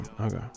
Okay